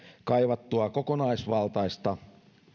kaivattua kokonaisvaltaista